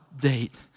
date